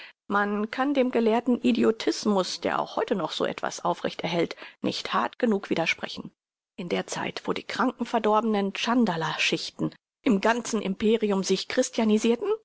man kann dem gelehrten idiotismus der auch heute noch so etwas aufrecht erhält nicht hart genug widersprechen in der zeit wo die kranken verdorbenen tschandala schichten im ganzen imperium sich christianisirten